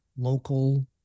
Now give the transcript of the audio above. local